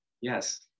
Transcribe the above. Yes